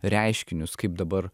reiškinius kaip dabar